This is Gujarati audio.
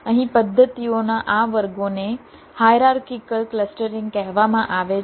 અહીં પદ્ધતિઓના આ વર્ગોને હાયરાર્કિકલ ક્લસ્ટરીંગ કહેવામાં આવે છે